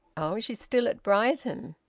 oh! she's still at brighton?